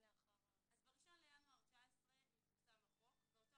כי את אמרת שזה לא הוגן שעל חלק כן חל סעיף העונשין ועל חלק